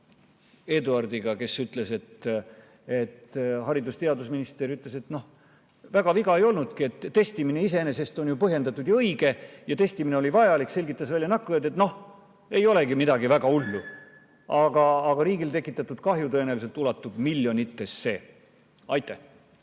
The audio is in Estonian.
Eduardiga, kes ütles, et haridus‑ ja teadusminister ütles, et väga viga ei olnudki, et testimine iseenesest oli ju põhjendatud, õige ja vajalik, selgitas välja nakatunud – no ei olegi midagi väga hullu. Aga riigile tekitatud kahju tõenäoliselt ulatub miljonitesse. Aitäh!